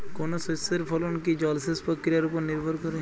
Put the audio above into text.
কোনো শস্যের ফলন কি জলসেচ প্রক্রিয়ার ওপর নির্ভর করে?